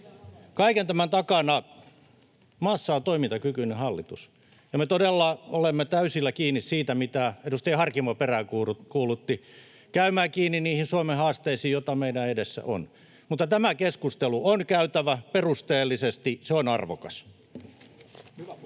kaiken tämän takana on toimintakykyinen hallitus maassa, ja me todella olemme täysillä kiinni siinä, mitä edustaja Harkimo peräänkuulutti, käydään kiinni niihin Suomen haasteisiin, joita meidän edessämme on. Mutta tämä keskustelu on käytävä perusteellisesti. Se on arvokasta.